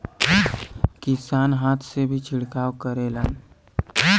किसान हाथ से भी छिड़काव करेलन